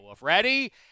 Ready